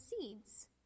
seeds